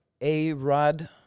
A-Rod